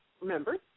Remember